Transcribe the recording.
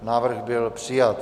Návrh byl přijat.